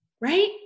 right